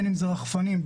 רחפנים,